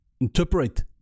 interpret